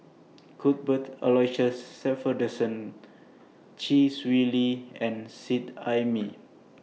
Cuthbert Aloysius Shepherdson Chee Swee Lee and Seet Ai Mee